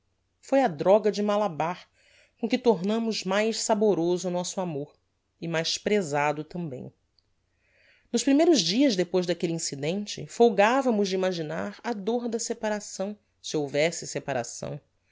foi a droga de malabar com que tornámos mais saboroso o nosso amor e mais prezado tambem nos primeiros dias depois daquelle incidente folgavamos de imaginar a dôr da separação se houvesse separação